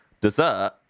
dessert